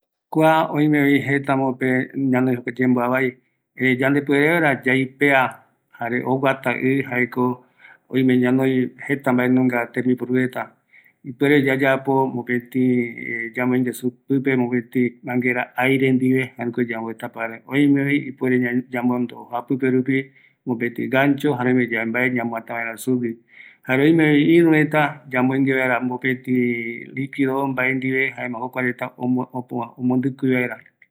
﻿Kua oime jeta amope ñanoi jokua yemboavai, erei yande puereara yaipea jare oguata i jaeko, oime yanoi jeta mbaenunga tembiporu reta, ipuere yayapo mopete yamoingue pipe mopeti manguera aire ndive aunque yambo destapa vaera oimevi, ipuere yamondo japipe rupi, mopeti gancho jare oime yave mbae ñamuata vaera sugui, jare oimevi irü reta yamboingue vaera mopeti likido mbae ndive jaema jokua reta omo apova omondiki vaera